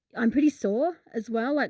i'm pretty sore as well, like,